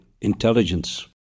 intelligence